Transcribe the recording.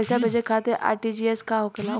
पैसा भेजे खातिर आर.टी.जी.एस का होखेला?